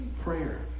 Prayer